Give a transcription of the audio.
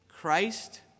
Christ